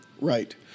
Right